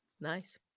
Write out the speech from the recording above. nice